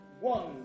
One